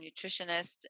nutritionist